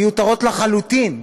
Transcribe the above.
מיותרות לחלוטין.